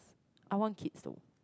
I want kids though